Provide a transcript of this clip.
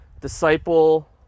disciple